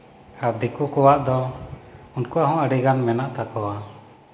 ᱟᱨ ᱫᱤᱠᱩ ᱠᱚᱣᱟᱜ ᱫᱚ ᱩᱱᱠᱩ ᱟᱜ ᱦᱚᱸ ᱟᱹᱰᱤᱜᱟᱱ ᱢᱮᱱᱟᱜ ᱛᱟᱠᱚᱣᱟ